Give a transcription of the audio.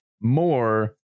More